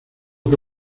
que